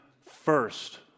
first